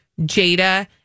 Jada